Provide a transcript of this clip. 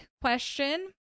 question